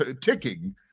ticking